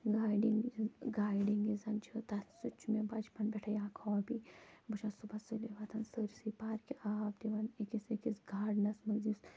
gardening gardening یُس زَن چھُ تَتھ سۭتۍ چھُ مےٚ بَچپَن پٮ۪ٹھٕے اَکھ ہابی بہٕ چھَس صُبَحس سُلی وۅتھان سٲرۍسٕے پارکہِ آب دِوان أکِس أکِس گارڑٕنَس منٛز یُس